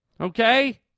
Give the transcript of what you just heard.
Okay